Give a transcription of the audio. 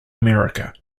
america